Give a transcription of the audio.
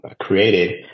created